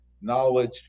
knowledge